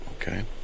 Okay